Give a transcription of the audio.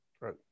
Right